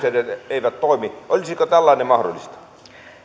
eivät toimi olisiko tällainen mahdollista